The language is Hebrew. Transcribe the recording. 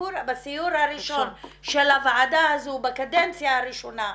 בסיור הראשון של הוועדה הזו בקדנציה הראשונה,